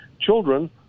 children